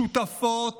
שותפות